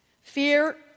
Fear